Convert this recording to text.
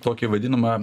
tokį vadinamą